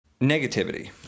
negativity